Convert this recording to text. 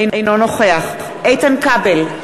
אינו נוכח איתן כבל,